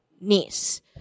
niece